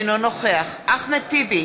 אינו נוכח אחמד טיבי,